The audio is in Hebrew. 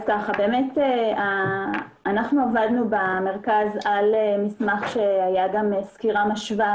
אנחנו עבדנו במרכז על מסמך שהיה גם סקירה משווה